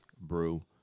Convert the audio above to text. brew